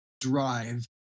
drive